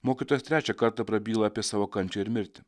mokytojas trečią kartą prabyla apie savo kančią ir mirtį